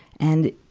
and,